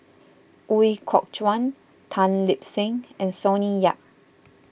Ooi Kok Chuen Tan Lip Seng and Sonny Yap